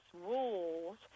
rules